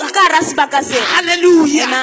Hallelujah